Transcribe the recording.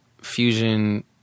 fusion